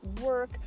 work